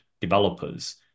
developers